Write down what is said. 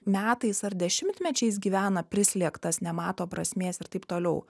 metais ar dešimtmečiais gyvena prislėgtas nemato prasmės ir taip toliau